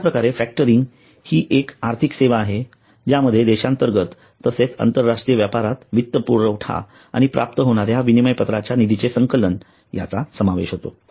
अश्याप्रकारे फॅक्टरिंग ही एक आर्थिक सेवा आहे ज्यामध्ये देशांतर्गत तसेच आंतरराष्ट्रीय व्यापारात वित्तपुरवठा आणि प्राप्त होणाऱ्या विनिमयपत्राच्या निधीचे संकलन याचा समावेश होतो